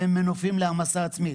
למנופים להעמסה עצמית.